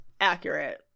Accurate